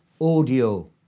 audio